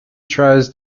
tries